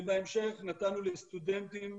בהמשך נתנו לסטודנטים